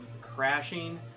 crashing